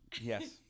Yes